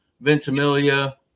Ventimiglia